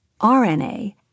RNA